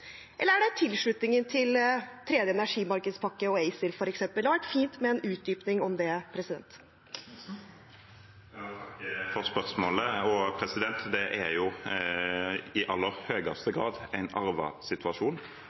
Eller er det tilslutningen til tredje energimarkedspakke og ACER? Det hadde vært fint med en utdypning av det. Takk for spørsmålene. Det er i aller